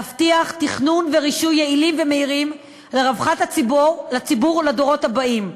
להבטיח תכנון ורישוי יעילים ומהירים לרווחת הציבור ולדורות הבאים.